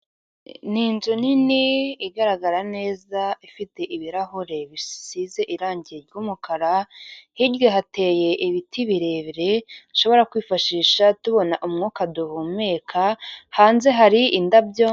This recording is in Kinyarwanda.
Ni inzu nini igaragara neza ifite ibirahure bisize irange ry'umukara, hirya hateye ibiti birebire dushobora kwifashisha tubona umwuka duhumeka, hanze hari indabyo.